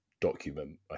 document